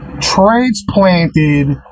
transplanted